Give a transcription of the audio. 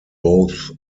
both